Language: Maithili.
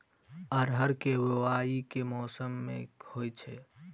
अरहर केँ बोवायी केँ मौसम मे होइ छैय?